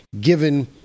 given